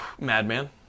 Madman